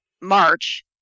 march